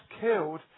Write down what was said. killed